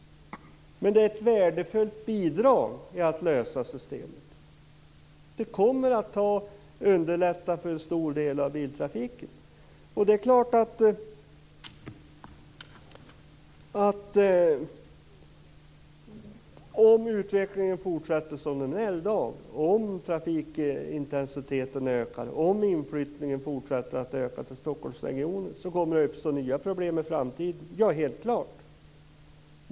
Men det är ett värdefullt bidrag när det gäller att lösa denna fråga. Det kommer att underlätta för en stor del av biltrafiken. Det är klart att om utvecklingen fortsätter som i dag - om trafikintensiteten ökar och om inflyttningen till Stockholmsregionen fortsätter att öka - kommer nya problem att uppstå i framtiden.